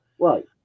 Right